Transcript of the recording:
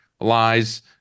lies